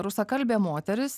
rusakalbė moteris